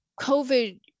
COVID